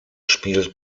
spielt